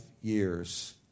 years